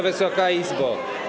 Wysoka Izbo!